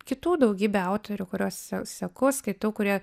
kitų daugybę autorių kuriuos seku skaitau kurie